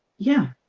yeah,